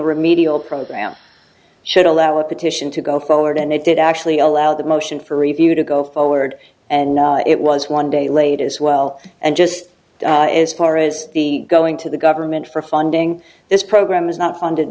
remedial program should allow a petition to go forward and it did actually allow the motion for review to go forward and it was one day late as well and just as far as the going to the government for funding this program is not funded